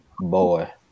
boy